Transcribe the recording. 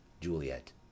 Juliet